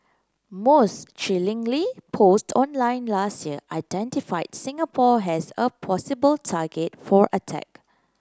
most chillingly posts online last year identified Singapore as a possible target for attack